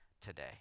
today